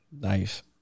Nice